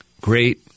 great